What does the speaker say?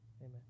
Amen